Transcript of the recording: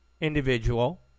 individual